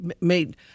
made